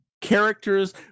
characters